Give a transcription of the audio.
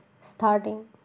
starting